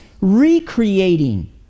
recreating